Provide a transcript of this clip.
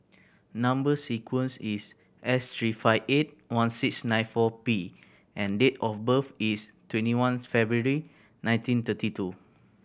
number sequence is S three five eight one six nine four P and date of birth is twenty one February nineteen thirty two